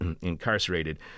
incarcerated